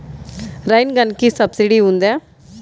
Rain గన్కి subsidy ఉందా?